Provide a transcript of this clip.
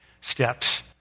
steps